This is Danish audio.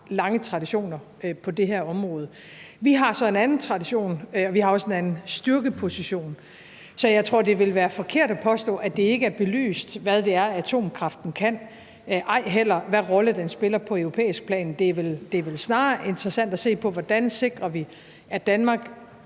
lange traditioner på det her område. Vi har så en anden tradition. Vi har også en anden styrkeposition. Så jeg tror, at det ville være forkert at påstå, at det ikke er belyst, hvad det er, atomkraften kan, og ej heller, hvilken rolle den spiller på europæisk plan. Det er vel snarere interessant at se på, hvordan vi sikrer, at Danmark